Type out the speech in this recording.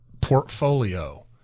portfolio